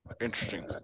Interesting